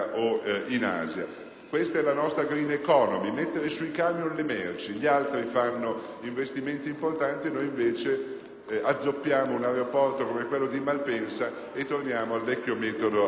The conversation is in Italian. Questa è la nostra *green economy*: mettere le merci sui camion. Gli altri fanno investimenti importanti, noi, invece, azzoppiamo un aeroporto come quello di Malpensa e torniamo al vecchio metodo appunto dei camion.